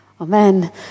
Amen